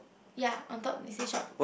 ya on top it says shop